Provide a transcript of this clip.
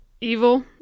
evil